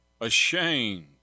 ashamed